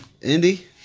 Indy